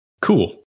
Cool